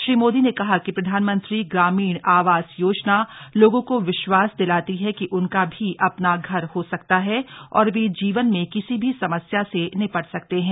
श्री मोदी ने कहा कि प्रधानमंत्री ग्रामीण आवास योजना लोगों को विश्वास दिलाती है कि उनका भी अपना घर हो सकता है और वे जीवन में किसी भी समस्या से निपट सकते हैं